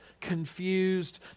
confused